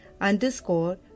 underscore